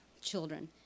children